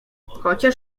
chociaż